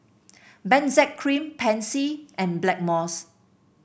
Benzac Cream Pansy and Blackmores